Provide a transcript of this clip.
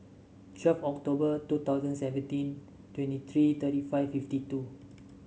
twelve October two thousand seventeen twenty three thirty five fifty two